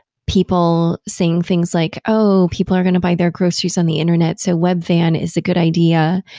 people saying things like, oh, people are going to buy their groceries on the internet, so webvan is a good idea.